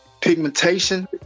pigmentation